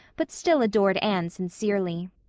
but still adored anne sincerely.